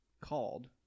called